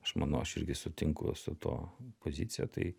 aš manau aš irgi sutinku su tuo pozicija tai